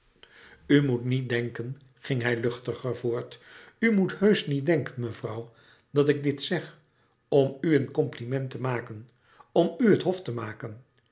moet niet denken ging hij luchtiger voort u moet heusch niet denken mevrouw dat ik dit zeg om u een compliment te maken om u het hof te maken